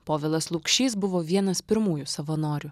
povilas lukšys buvo vienas pirmųjų savanorių